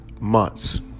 months